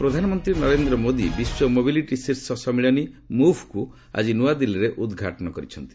mobility summit ପ୍ରଧାନମନ୍ତ୍ରୀ ନରେନ୍ଦ୍ର ମୋଦି ବିଶ୍ୱ mobility ଶୀର୍ଷ ସମ୍ମିଳନୀ 'ମୁଭ୍'କୁ ଆକି ନ୍ନଆଦିଲ୍ଲୀରେ ଉଦ୍ଘାଟନ କରିଛନ୍ତି